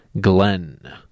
Glenn